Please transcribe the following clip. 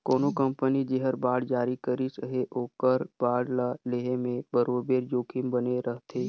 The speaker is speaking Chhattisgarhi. कोनो कंपनी जेहर बांड जारी करिस अहे ओकर बांड ल लेहे में बरोबेर जोखिम बने रहथे